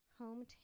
hometown